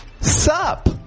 sup